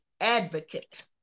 advocate